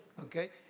Okay